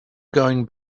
going